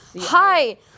Hi